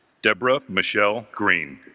deborah michelle green